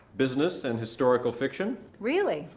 business, and historical fiction. really?